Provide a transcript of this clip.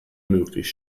möglich